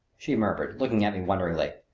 she murmured, looking at me wonderingly.